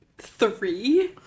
Three